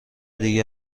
دیگه